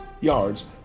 yards